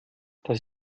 das